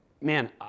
man